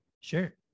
Sure